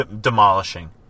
demolishing